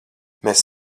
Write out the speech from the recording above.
mēs